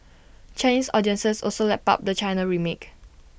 Chinese audiences also lapped up the China remake